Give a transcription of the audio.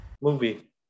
Movie